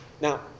now